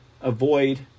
avoid